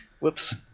Whoops